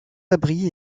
abris